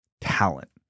talent